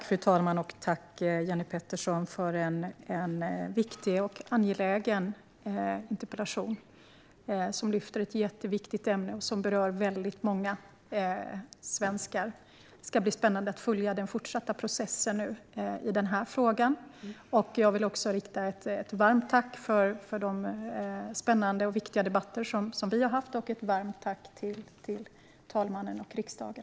Fru talman! Tack, Jenny Petersson, för en viktig och angelägen interpellation som lyfter fram en jätteviktig fråga och som berör väldigt många svenskar. Det ska bli spännande att följa den fortsatta processen. Jag vill också rikta ett varmt tack för de spännande och viktiga debatter som vi har haft. Jag riktar också ett varmt tack till talmannen och riksdagen.